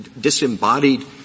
disembodied